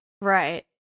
Right